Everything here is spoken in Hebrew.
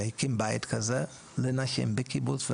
שהקים בית כזה לנשים בקיבוץ,